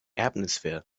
atmosphere